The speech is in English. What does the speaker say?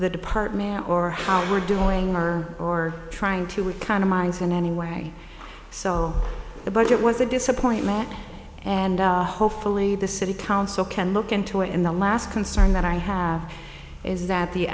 the department or how we're doing or or trying to we kind of minds and anyway so the budget was a disappointment and hopefully the city council can look into it in the last concern that i have is that the